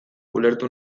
ulertu